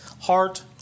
heart